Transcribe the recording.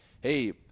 hey